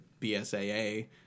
BSAA